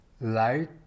light